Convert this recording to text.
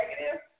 negative